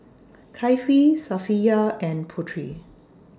Kefli Safiya and Putri